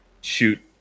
shoot